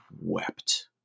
wept